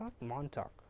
Montauk